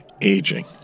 aging